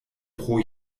pro